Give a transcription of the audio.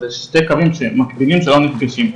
זה שתי קווים שמקבילים שלא נפגשים.